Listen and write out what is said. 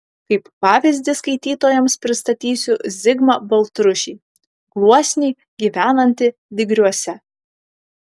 kaip pavyzdį skaitytojams pristatysiu zigmą baltrušį gluosnį gyvenantį digriuose